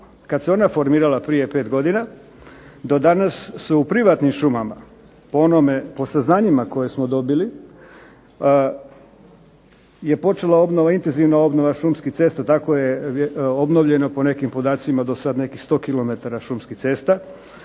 kad se ona formirala prije 5 godina do danas se u privatnim šumama po onome, po saznanjima koje smo dobili, je počela intenzivna obnova šumskih cesta. Tako je obnovljeno, po nekim podacima dosad nekih 100 km šumskih cesta,